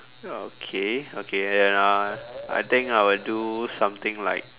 ya okay okay then uh I think I will do something like